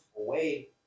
away